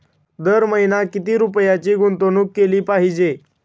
दर महिना किती रुपयांची गुंतवणूक केली पाहिजे?